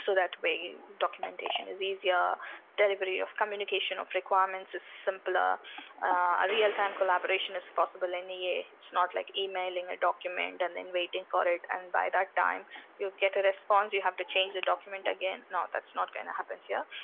so that way documentation is easier delivery of communication of requirements is simpler. a real-time collaboration is possible in ea it's not like emailing a document and then waiting for it and by that time you get a response. you have to change the document again. no! that's not going to happen here!